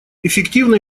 эффективно